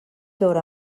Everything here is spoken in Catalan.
veure